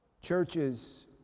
Churches